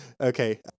Okay